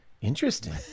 Interesting